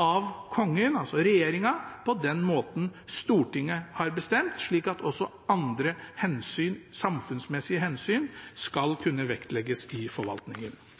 av Kongen, altså regjeringen, på den måten Stortinget har bestemt, slik at også andre samfunnsmessige hensyn skal kunne vektlegges i forvaltningen.